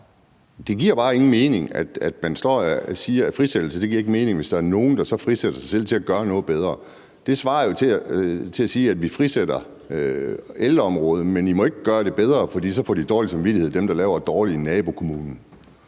det giver bare ingen mening, at man står og siger, at frisættelse ikke giver mening, hvis der er nogen, der så frisætter sig selv til at gøre noget bedre. Det svarer jo til at sige, at vi frisætter ældreområdet, men I må ikke gøre det bedre, for så får dem, der laver det dårligt i nabokommunen,